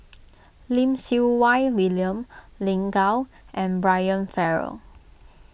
Lim Siew Wai William Lin Gao and Brian Farrell